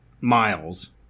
Miles